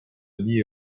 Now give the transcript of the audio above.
nii